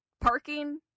parking